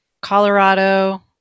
Colorado